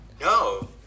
No